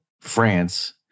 France